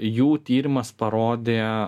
jų tyrimas parodė